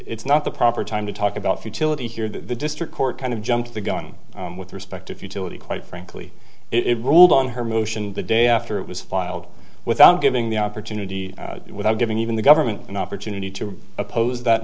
it's not the proper time to talk about futility here the district court kind of jumped the gun with respect to futility quite frankly it ruled on her motion the day after it was filed without giving the opportunity without giving even the government an opportunity to oppose that